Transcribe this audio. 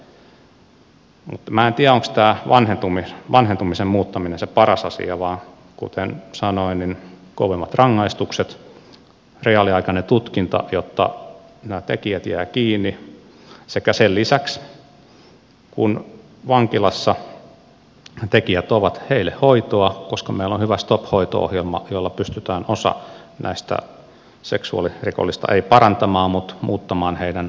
mutta en tiedä onko tämä vanhentumisen muuttaminen se paras asia vai kuten sanoin kovemmat rangaistukset reaaliaikainen tutkinta jotta nämä tekijät jäävät kiinni sekä sen lisäksi kun vankilassa tekijät ovat heille hoitoa koska meillä on hyvä stop hoito ohjelma jolla pystytään osa näistä seksuaalirikollisista ei parantamaan mutta muuttamaan heidän ajatuksenkulkua jollain asteella